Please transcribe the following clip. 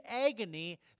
agony